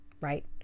right